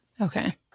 Okay